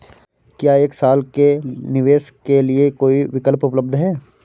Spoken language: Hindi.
क्या एक साल के निवेश के लिए कोई विकल्प उपलब्ध है?